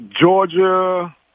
Georgia